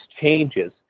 changes